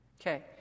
Okay